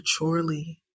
maturely